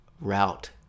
Route